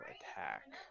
attack